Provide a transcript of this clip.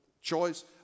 choice